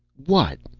what?